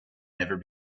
never